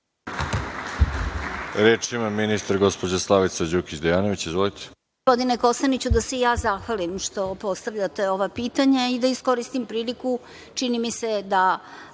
Reč ima ministar, gospođa Slavica Đukić Dejanović. Izvolite.